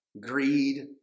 greed